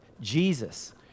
Jesus